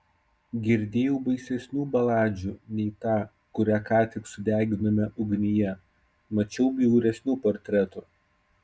girdėjau baisesnių baladžių nei ta kurią ką tik sudeginome ugnyje mačiau bjauresnių portretų